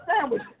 sandwich